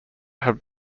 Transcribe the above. have